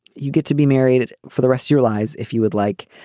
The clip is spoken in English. you get to be married for the rest of your lives. if you would like.